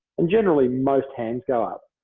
in generally, most hands go up.